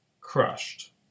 crushed